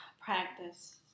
practice